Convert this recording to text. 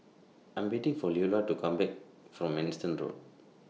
I Am waiting For Leola to Come Back from Manston Road